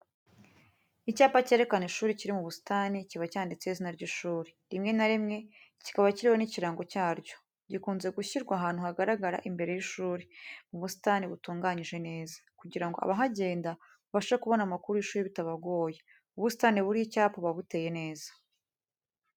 Icyapa cyerekana ishuri kiri mu busitani kiba cyanditseho izina ry'ishuri, rimwe na rimwe kikaba kiriho n'ikirango cyaryo. Gikunze gushyirwa ahantu hagaragara imbere y’ishuri, mu busitani butunganyije neza, kugira ngo abahagenda babashe kubona amakuru y’ishuri bitabagoye, Ubusitani buriho icyapa buba buteye neza.